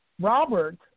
Robert